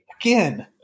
again